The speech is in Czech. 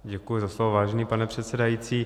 Děkuji za slovo, vážený pane předsedající.